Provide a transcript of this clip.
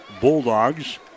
Bulldogs